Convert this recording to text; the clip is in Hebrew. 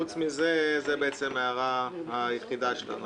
בעצם, זו ההערה היחידה שלנו